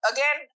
Again